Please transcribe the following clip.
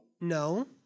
No